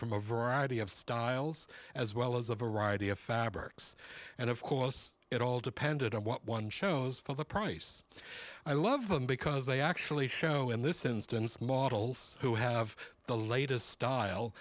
from a variety of styles as well as a variety of fabrics and of course it all depended on what one chose for the price i love them because they actually show in this instance models who have the latest style